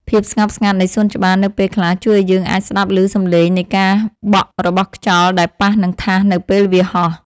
ភាពស្ងប់ស្ងាត់នៃសួនច្បារនៅពេលខ្លះជួយឱ្យយើងអាចស្ដាប់ឮសំឡេងនៃការបក់របស់ខ្យល់ដែលប៉ះនឹងថាសនៅពេលវាហោះ។